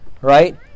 right